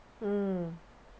mm